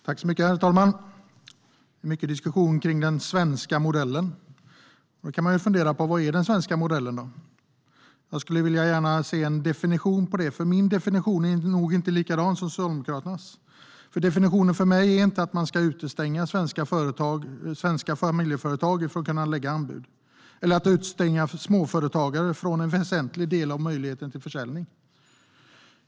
Herr talman! Det har varit mycket diskussion om den svenska modellen. Då kan man fundera på vad som är den svenska modellen. Jag skulle gärna vilja ha en definition av det. Min definition är nog inte likadan som Socialdemokraternas. Definitionen för mig innebär inte att man ska utestänga svenska familjeföretag från att lägga anbud eller att utestänga småföretagare från en väsentlig del av möjligheten till försäljning.